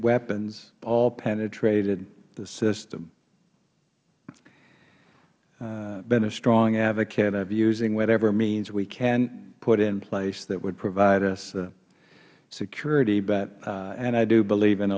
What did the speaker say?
weapons all penetrated the system i have been a strong advocate of using whatever means we can put in place that would provide us security and i do believe in